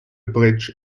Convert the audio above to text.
bridge